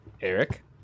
Eric